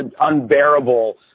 unbearable